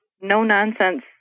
no-nonsense